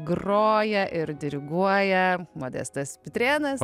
groja ir diriguoja modestas pitrėnas